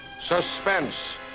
Suspense